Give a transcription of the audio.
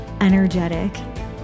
energetic